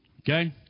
Okay